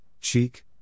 Cheek